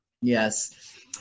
Yes